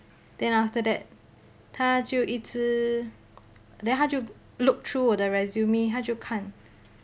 then after that 她就一直 then 她就 look through 我的 resume 她就看